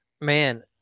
Man